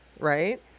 Right